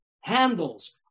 handles